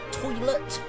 toilet